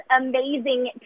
amazing